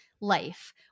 life